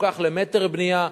מפוקח למטר בנייה,